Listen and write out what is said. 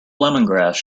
lemongrass